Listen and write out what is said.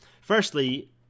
firstly